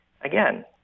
again